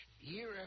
Year